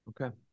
Okay